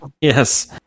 Yes